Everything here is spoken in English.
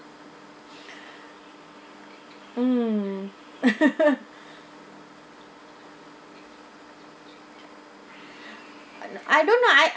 mm I don't know I